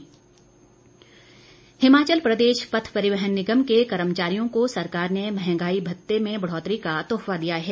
HRTC Himachal Pradesh पथ परिवहन निगम के कर्मचारियों को सरकार ने महंगाई भत्ते में बढ़ोतरी का तोहफा दिया है